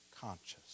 conscious